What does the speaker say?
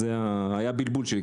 זה היה בלבול שלי,